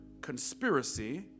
conspiracy